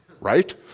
right